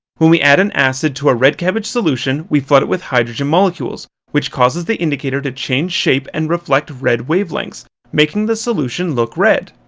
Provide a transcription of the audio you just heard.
when we add an acid to our red cabbage solution. we flood it with hydrogen molecules which causes the indicator to change shape and reflect red wavelengths making the solution look red.